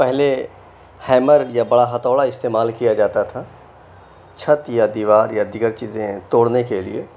پہلے ہیمر یا بڑا ہتھوڑا استعمال کیا جاتا تھا چھت یا دیوار یا دیگر چیزیں توڑنے کے لیے